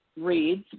reads